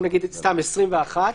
למשל 21,